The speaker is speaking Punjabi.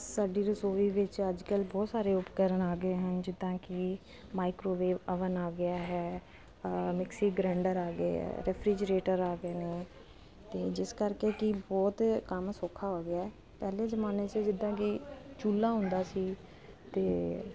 ਸਾਡੀ ਰਸੋਈ ਵਿੱਚ ਬਹੁਤ ਸਾਰੇ ਉਪਕਰਨ ਆ ਗਏ ਹਨ ਜਿੱਦਾਂ ਕੀ ਮਾਈਕ੍ਰੋਵੇਵ ਅਵਨ ਆ ਗਿਆ ਹੈ ਮਿਕਸੀ ਗਰੈਂਡਰ ਆ ਗਿਆ ਹੈ ਰੈਫਰੀਜੀਰੇਟਰ ਆ ਗਏ ਨੇ ਤੇ ਜਿਸ ਕਰਕੇ ਕਿ ਬਹੁਤ ਕੰਮ ਸੌਖਾ ਹੋ ਗਿਆ ਪਹਿਲੇ ਜਮਾਨੇ ਚ ਜਿੱਦਾਂ ਕੀ ਚੂਲਾ ਹੁੰਦਾ ਸੀ ਤੇ